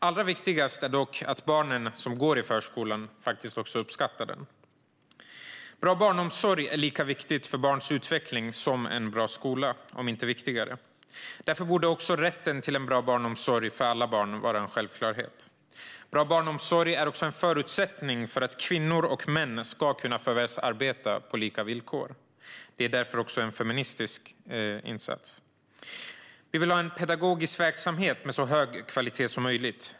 Allra viktigast är dock att de barn som går i förskolan uppskattar den. Bra barnomsorg är lika viktig för barns utveckling som en bra skola, om inte viktigare. Därför borde också rätten till en bra barnomsorg för alla barn vara en självklarhet. Bra barnomsorg är också en förutsättning för att kvinnor och män ska kunna förvärvsarbeta på lika villkor. Det är därför också en feministisk insats. Vi vill ha en pedagogisk verksamhet med så hög kvalitet som möjligt.